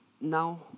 now